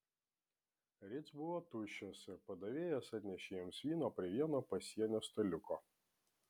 ritz buvo tuščias ir padavėjas atnešė jiems vyno prie vieno pasienio staliuko